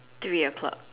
eight o-clock